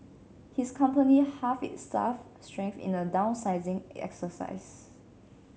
his company halved its staff strength in a downsizing exercise